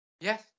Yes